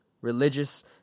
religious